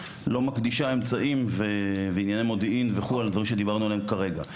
היא לא מקדישה אמצעים וענייני מודיעין לדברים עליהם דיברנו כרגע.